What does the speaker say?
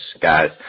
guys